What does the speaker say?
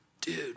dude